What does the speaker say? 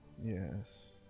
Yes